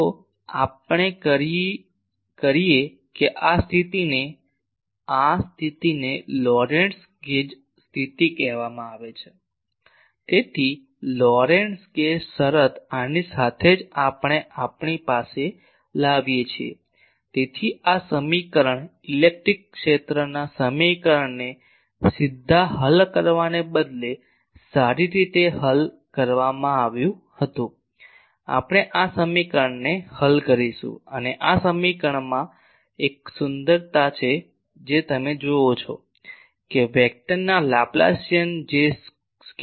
જો આપણે કરીએ કે આ સ્થિતિને આ સ્થિતિને લોરેન્ટ્ઝ ગેજ સ્થિતિ કહેવામાં આવે છે તેથી લોરેન્ટ્ઝ ગેજ શરત આની સાથે જ આપણે આપણી પાસે લાવીએ છીએ તેથી આ સમીકરણ ઇલેક્ટ્રિક ક્ષેત્રના સમીકરણને સીધા હલ કરવાને બદલે સારી રીતે હલ કરવામાં આવ્યું હતું આપણે આ સમીકરણને હલ કરીશું અને આ સમીકરણમાં એક સુંદરતા છે જે તમે જુઓ છો કે વેક્ટરના લાપ્લેસિયન જે સ્કેલર છે